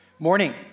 Morning